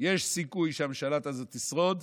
יש סיכוי שהממשלה הזאת תשרוד,